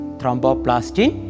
thromboplastin